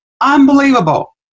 unbelievable